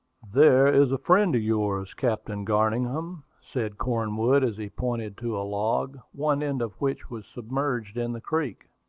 there is a friend of yours, captain garningham, said cornwood, as he pointed to a log, one end of which was submerged in the creek.